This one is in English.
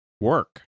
work